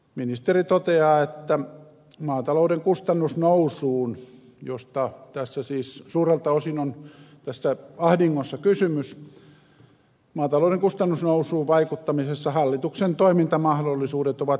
ministeri toteaa että maatalouden kustannusnousuun josta tässä siis suurelta osin on tässä ahdingossa kysymys maatalouden kustannusnousuun vaikuttamisessa hallituksen toimintamahdollisuudet ovat rajalliset